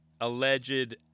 alleged